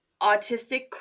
autistic